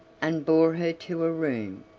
and bore her to a room,